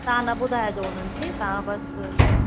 तव्हां न ॿुधाइजो हुननि खे तव्हां बसि